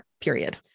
period